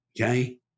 okay